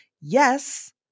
yes